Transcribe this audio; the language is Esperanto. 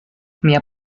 mia